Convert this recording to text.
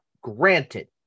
Granted